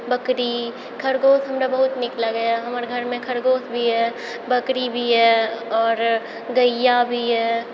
बकरी खरगोश हमरा बहुत नीक लागैए हमर घरमे खरगोश भी यऽ बकरी भी यऽ आओर गैया भी यऽ